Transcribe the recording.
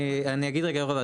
אני אגיד רגע יו"ר הוועדה,